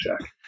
Jack